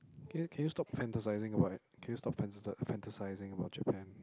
okay can you stop fantasizing about can you stop fantasi~ fantasizing about Japan